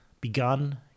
begun